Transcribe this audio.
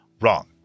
Wrong